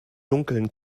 dunkeln